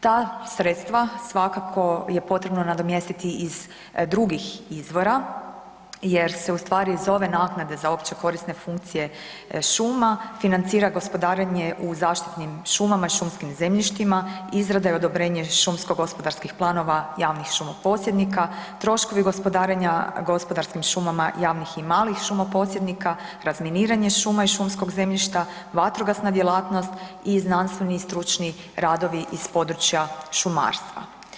Ta sredstva svakako je potrebno nadomjestiti iz drugih izvora jer se u stvari zove naknade za opće korisne funkcije šuma financira gospodarenje u zaštitnim šumama i šumskim zemljištima, izrada i odobrenje šumsko-gospodarskih planova javnih šumoposjednika, troškovi gospodarenja gospodarskim šumama javnih i malih šumoposjednika, razminiranje šuma i šumskog zemljišta, vatrogasna djelatnost i znanstveni i stručni radovi iz područja šumarstva.